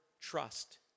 trust